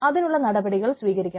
അതിനുള്ള നടപടികൾ സ്വീകരിക്കണം